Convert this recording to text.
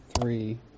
three